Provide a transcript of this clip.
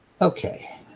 Okay